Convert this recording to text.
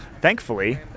thankfully